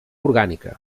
orgànica